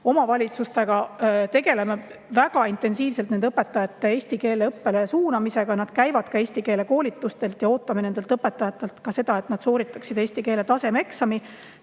Omavalitsustega me tegeleme väga intensiivselt nende õpetajate eesti keele õppele suunamisega. Nad käivad eesti keele koolitustel ja me ootame nendelt seda, et nad sooritaksid eesti keele tasemeeksami.